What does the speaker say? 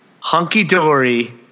hunky-dory